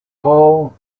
hall